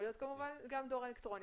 יכול להיות גם דואר אלקטרוני.